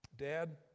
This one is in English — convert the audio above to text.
Dad